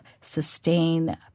sustain